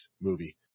movie